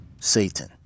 Satan